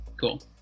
cool